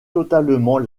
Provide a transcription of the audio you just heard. totalement